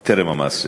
שרוי טרם המעשה.